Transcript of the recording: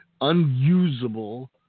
unusable